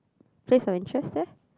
place of interest there